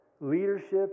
leadership